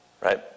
Right